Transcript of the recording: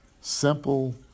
Simple